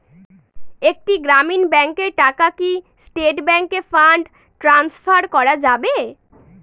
একটি গ্রামীণ ব্যাংকের টাকা কি স্টেট ব্যাংকে ফান্ড ট্রান্সফার করা যাবে?